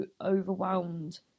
overwhelmed